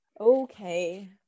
Okay